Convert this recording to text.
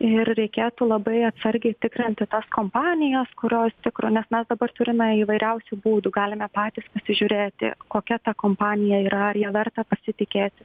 ir reikėtų labai atsargiai tikrinti tas kompanijas kurios tikro nes mes dabar turime įvairiausių baudų galime patys pasižiūrėti kokia ta kompanija yra ar ja verta pasitikėti